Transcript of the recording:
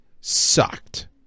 sucked